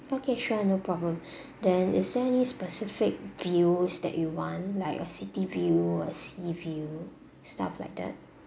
okay sure no problem then is there any specific views that you want like a city view or sea view stuff like that